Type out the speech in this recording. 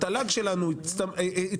התל"ג שלנו התרחב,